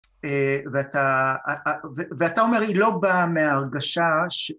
‫ואתה אומר, היא לא באה מהרגשה...